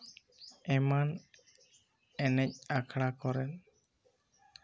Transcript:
ᱮᱢᱟᱱ ᱮᱱᱮᱡ ᱟᱠᱷᱲᱟ ᱠᱚᱨᱮ